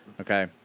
Okay